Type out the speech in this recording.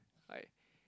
I